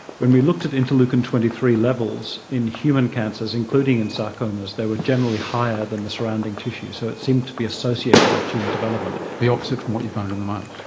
when we looked at interleukin twenty three levels in human cancers, including in sarcomas, they were generally higher than the surrounding tissue, so it seemed to be associated with tumour development. the opposite from what you found in the mouse?